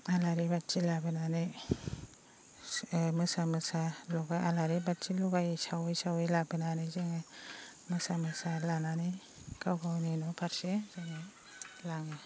आलारि बाथि लाबोनानै मोसा मोसा आलारि बाथि लगायै सावै सावै लाबोनानै जोङो मोसा मोसा लानानै गाव गावनि न'फारसे जोङो लाङो